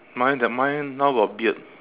mine the mine now got beard